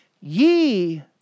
ye